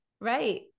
Right